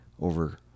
over